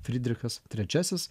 frydrichas trečiasis